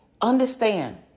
Understand